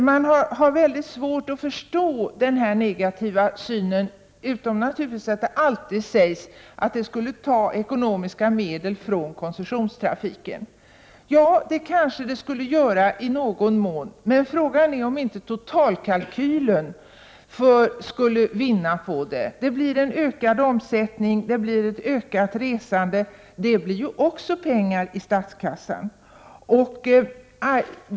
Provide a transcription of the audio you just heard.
Man har väldigt svårt att förstå den här negativa synen — utom när det sägs att detta skulle ta ekonomiska medel från koncessionstrafiken. Ja, kanske i någon mån, men frågan är om inte totalkalkylen skulle vinna på detta genom att det blir en ökad omsättning och ett ökat resande, vilket också bidrar till att öka statskassan.